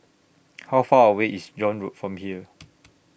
How Far away IS John Road from here